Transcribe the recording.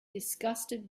disgusted